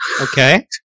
Okay